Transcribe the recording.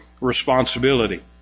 responsibility